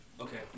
Okay